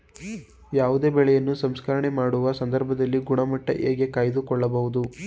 ಯಾವುದೇ ಬೆಳೆಯನ್ನು ಸಂಸ್ಕರಣೆ ಮಾಡುವ ಸಂದರ್ಭದಲ್ಲಿ ಗುಣಮಟ್ಟ ಹೇಗೆ ಕಾಯ್ದು ಕೊಳ್ಳಬಹುದು?